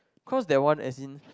cause that one as in